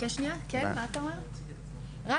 על